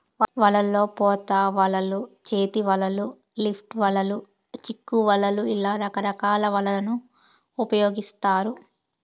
వలల్లో పోత వలలు, చేతి వలలు, లిఫ్ట్ వలలు, చిక్కు వలలు ఇలా రకరకాల వలలను ఉపయోగిత్తారు